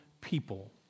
people